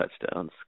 touchdowns